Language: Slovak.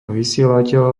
vysielateľa